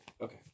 Okay